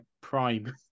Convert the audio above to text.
prime